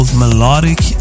melodic